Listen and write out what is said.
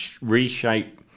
reshape